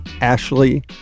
Ashley